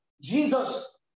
Jesus